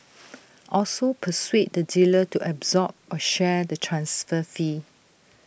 also persuade the dealer to absorb or share the transfer fee